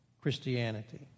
Christianity